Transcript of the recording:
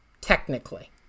technically